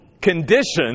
conditions